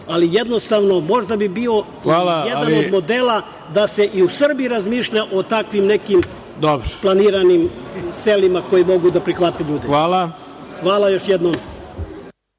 ali jednostavno možda bi bio jedan od modela da se i u Srbiji razmišlja o takvim nekim planiranim selima koji mogu da prihvate ljude. Hvala. **Ivica Dačić**